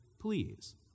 please